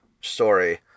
story